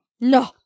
No